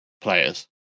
players